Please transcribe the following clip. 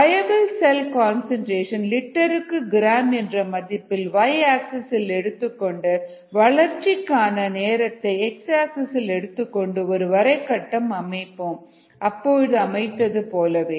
viable cell concentration லிட்டருக்கு gram என்ற மதிப்பில் y ஆக்சிஸ் இல் எடுத்துக்கொண்டு வளர்ச்சிக்கான நேரத்தை எக்ஸாக்சிஸ் இல் எடுத்துக்கொண்டு ஒரு வரைகட்டம் அமைப்போம் அமைத்தது போலவே